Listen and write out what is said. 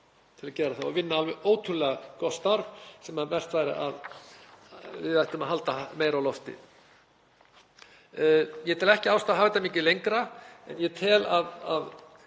um að gera það og vinna alveg ótrúlega gott starf sem við ættum að halda meira á lofti. Ég tel ekki ástæðu að hafa þetta mikið lengra en ég tel að